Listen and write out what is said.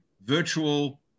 virtual